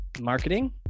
marketing